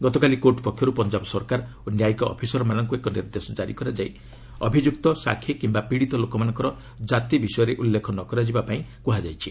ଗତକାଲି କୋର୍ଟ ପକ୍ଷରୁ ପଞ୍ଜାବ ସରକାର ଓ ନ୍ୟାୟିକ ଅଫିସରମାନଙ୍କୁ ଏକ ନିର୍ଦ୍ଦେଶ କାରି କରାଯାଇ ଅଭିଯୁକ୍ତ ସାକ୍ଷୀ କିମ୍ବା ପୀଡ଼ିତ ଲୋକମାନଙ୍କ ଜାତି ବିଷୟରେ ଉଲ୍ଲେଖ ନକରାଯିବା ପାଇଁ କୁହାଯାଇଛି